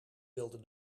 wilde